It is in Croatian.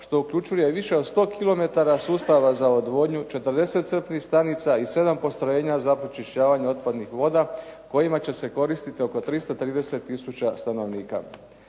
što uključuje više od sustava za odvodnju, 40 crpnih stanica i 7 postrojenja za pročišćavanje otpadnih voda kojima će se koristiti oko 330 tisuća stanovnika.